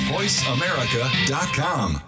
VoiceAmerica.com